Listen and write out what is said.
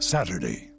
Saturday